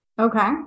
Okay